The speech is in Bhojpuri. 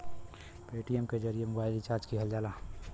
पेटीएम के जरिए मोबाइल रिचार्ज किहल जाला